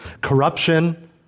corruption